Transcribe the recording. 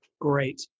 Great